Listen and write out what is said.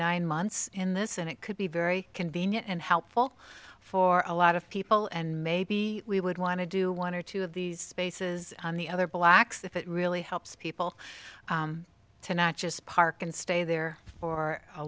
nine months in this and it could be very convenient and helpful for a lot of people and maybe we would want to do one or two of these spaces on the other blacks if it really helps people to not just park and stay there for a